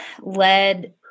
led